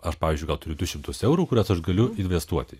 aš pavyzdžiui gal turiu du šimtus eurų kuriuos aš galiu investuoti